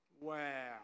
Wow